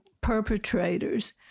perpetrators